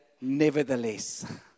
nevertheless